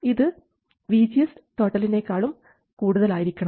ഇതു VGS നെക്കാളും കൂടുതലായിരിക്കണം